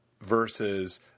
versus